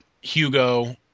Hugo